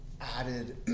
Added